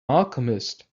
alchemist